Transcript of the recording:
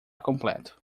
completo